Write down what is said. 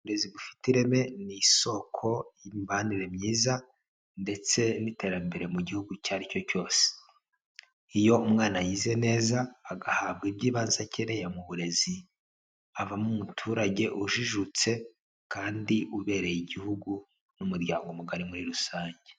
Uburezi bufite ireme ni isoko y'imibanire myiza ndetse n'iterambere mu gihugu icyo ari cyo cyose, iyo umwana yize neza agahabwa iby'ibanze akeneyeye mu burezi avamo umuturage ujijutse kandi ubereye igihugu n'umuryango mugari muri rusange.